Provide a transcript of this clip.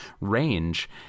range